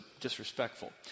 disrespectful